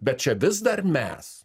bet čia vis dar mes